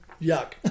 yuck